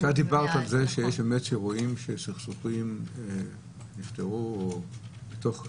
כשאת דיברת על זה שיש אמת שרואים שיש סכסוכים שנפתרו או בתוך,